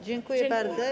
Dziękuję bardzo.